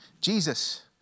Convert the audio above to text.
Jesus